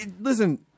listen